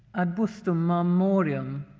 a busta memoriam,